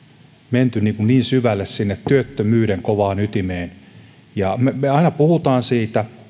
menty niin syvälle sinne työttömyyden kovaan ytimeen me aina puhumme siitä